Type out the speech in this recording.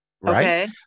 right